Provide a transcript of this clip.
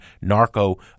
narco